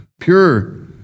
pure